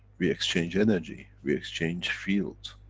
we exchange energy, we exchange fields,